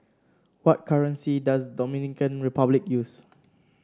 what currency does Dominican Republic use